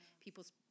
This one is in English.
people's